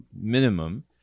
minimum